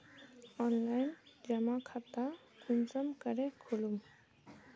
Online जमा खाता कुंसम करे खोलूम?